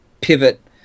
pivot